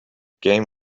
game